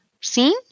seen